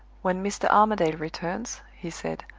when mr. armadale returns, he said,